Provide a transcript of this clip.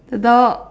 the dog